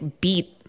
beat